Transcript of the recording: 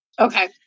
Okay